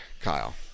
Kyle